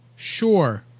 Sure